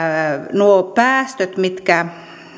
nuo päästöt mitkä